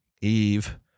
Eve